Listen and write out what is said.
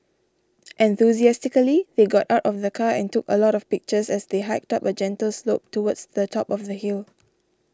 enthusiastically they got out of the car and took a lot of pictures as they hiked up a gentle slope towards the top of the hill